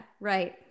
Right